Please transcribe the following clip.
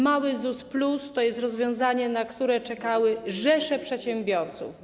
Mały ZUS plus to jest rozwiązanie, na które czekały rzesze przedsiębiorców.